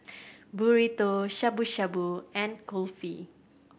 Burrito Shabu Shabu and Kulfi